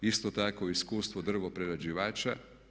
Isto tako iskustvo drvo prerađivača.